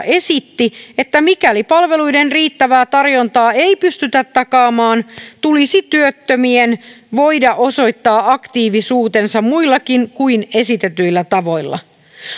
esitti että mikäli palveluiden riittävää tarjontaa ei pystytä takaamaan tulisi työttömien voida osoittaa aktiivisuutensa muillakin kuin esitetyillä tavoilla